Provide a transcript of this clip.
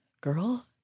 Girl